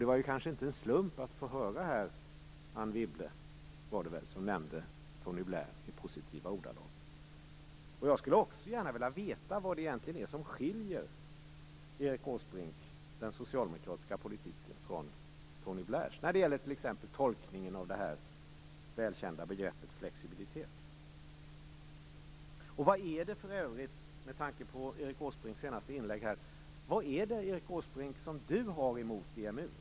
Det var kanske inte en slump att få höra Anne Wibble - det var väl hon - nämna Blair i positiva ordalag. Jag skulle gärna vilja veta vad det är som skiljer, Erik Åsbrink, den socialdemokratiska politiken från Tony Blairs när det gäller t.ex. tolkningen av det välkända begreppet flexibilitet. Med tanke på Erik Åsbrinks senaste inlägg här: Vad är det som Erik Åsbrink har emot EMU?